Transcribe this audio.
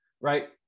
right